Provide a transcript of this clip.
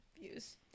views